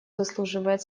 заслуживает